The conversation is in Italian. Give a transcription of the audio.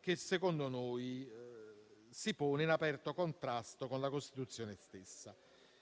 che secondo noi si pone in aperto contrasto con la Costituzione stessa.